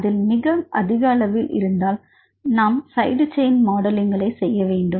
அதில் மிக அதிக அளவில் இருந்தால் நாம் சைடு செயின் மாடல்ங்கையும் செய்ய வேண்டும்